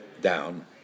down